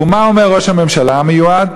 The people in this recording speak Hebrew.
ומה אומר ראש הממשלה המיועד?